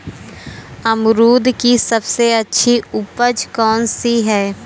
अमरूद की सबसे अच्छी उपज कौन सी है?